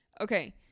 Okay